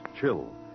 chill